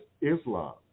Islam